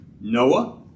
Noah